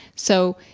so,